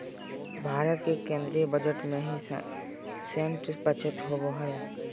भारत के केन्द्रीय बजट में ही सैन्य बजट होबो हइ